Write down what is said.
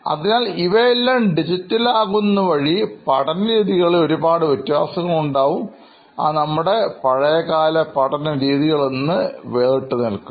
അതിനാൽ ഇവയെല്ലാം ഡിജിറ്റലാകുന്നതുവഴി പഠന രീതികളിൽ ഒരുപാട് വ്യത്യാസങ്ങൾ വരുത്തും അത് നമ്മുടെ പഴയകാല പഠന രീതികളിൽ നിന്ന് വേറിട്ട് നിൽക്കും